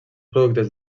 productes